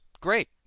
great